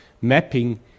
mapping